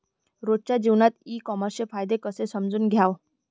रोजच्या जीवनात ई कामर्सचे फायदे कसे समजून घ्याव?